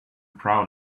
proud